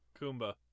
Kumba